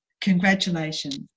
Congratulations